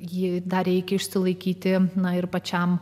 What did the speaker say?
ji dar reikia išsilaikyti na ir pačiam